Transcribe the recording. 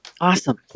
awesome